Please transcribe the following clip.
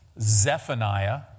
Zephaniah